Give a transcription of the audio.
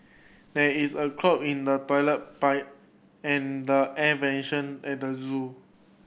there is a clog in the toilet pipe and the air at the zoo